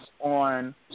on